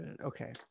okay